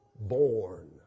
born